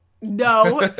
No